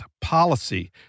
policy